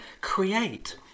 create